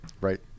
Right